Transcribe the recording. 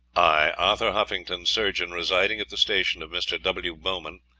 i, arthur huffington, surgeon, residing at the station of mr. w. bowman,